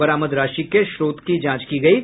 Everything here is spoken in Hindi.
बरामद राशि के स्रोत की जांच की गयी